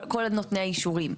כל נותני האישורים.